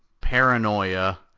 paranoia